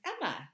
Emma